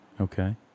Okay